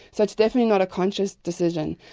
so it's definitely not a conscious decision.